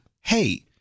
Hey